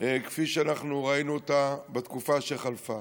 כפי שאנחנו ראינו אותה בתקופה שחלפה.